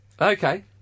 Okay